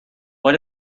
why